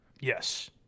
Yes